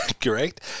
Correct